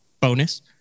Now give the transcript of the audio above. bonus